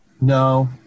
No